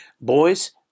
boys